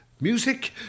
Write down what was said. music